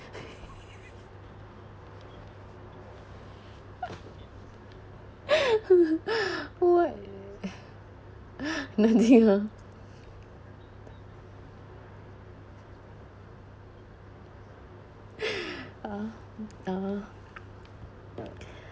what nothing lah ah ah